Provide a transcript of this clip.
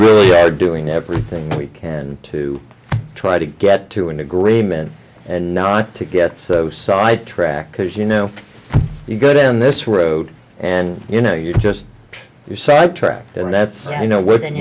really are doing everything we can to try to get to an agreement and not to get so sidetracked because you know you go down this road and you know you just you sidetracked and that's